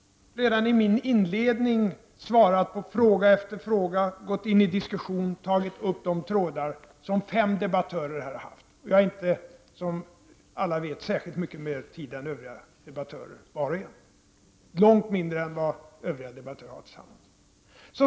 Redan i mitt inledningsanförande har jag svarat på fråga efter fråga, gått in i diskussion och tagit upp de diskussionstrådar som fem debattörer har haft. Som alla vet har jag inte haft särskilt mycket mer tid till förfogande än övriga debattörer var för sig och långt mindre än vad övriga debattörer haft sammantaget.